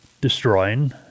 destroying